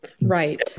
Right